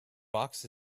box